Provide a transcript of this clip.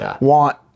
want